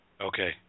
Okay